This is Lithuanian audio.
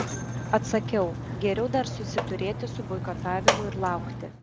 atsakiau geriau dar susiturėti su boikotavimu ir laukti